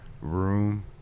room